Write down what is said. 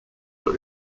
but